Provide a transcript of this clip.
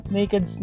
Naked